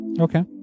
okay